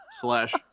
slash